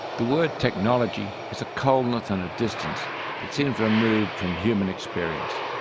the word technology has a coldness and a distance that seems removed from human experience.